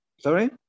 sorry